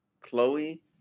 Chloe